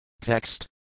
Text